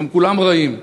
שם כולם רעים,